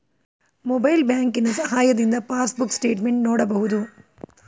mobile ಬ್ಯಾಂಕಿನ ಸಹಾಯದಿಂದ passbook statement ನೋಡಬಹುದು